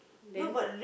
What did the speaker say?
then